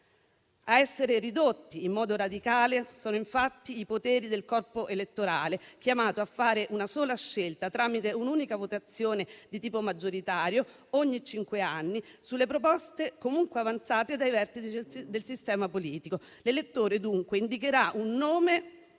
ad essere ridotti in modo radicale sono infatti i poteri del corpo elettorale, chiamato a fare una sola scelta tramite un'unica votazione di tipo maggioritario, ogni cinque anni, sulle proposte comunque avanzate dai vertici del sistema politico. L'elettore, dunque, indicherà un nome